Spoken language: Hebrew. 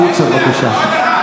החוצה, בבקשה.